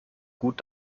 gut